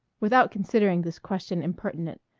without considering this question impertinent,